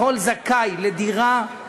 לכל זכאי לדירה,